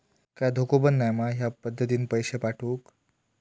काय धोको पन नाय मा ह्या पद्धतीनं पैसे पाठउक?